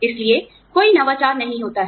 इसलिए कोई नवाचारनहीं होता है